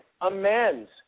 amends